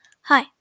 Hi